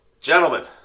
gentlemen